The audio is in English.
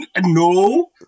No